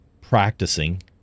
practicing